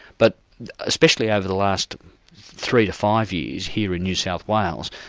but especially over the last three to five years here in new south wales,